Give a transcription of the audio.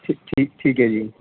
ਠੀਕ ਹੈ ਜੀ